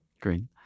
Green